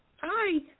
Hi